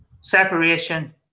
separation